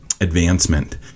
advancement